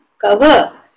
cover